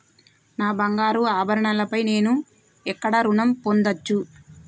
నా బంగారు ఆభరణాలపై నేను ఎక్కడ రుణం పొందచ్చు?